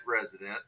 resident